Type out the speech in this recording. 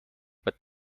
but